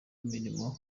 mirimo